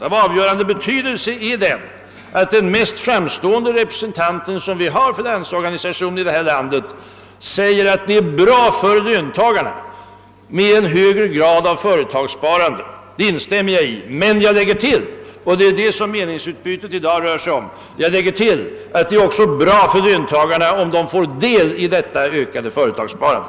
Av avgörande betydelse är att den mest framstående representanten för Landsorganisationen i detta land säger att en högre grad av företagssparande är bra för löntagarna; det instämmer jag i, men jag tillägger — det är det som meningsutbytet i dag rör sig om — att det också är bra för löntagarna om de får del i detta företagssparande.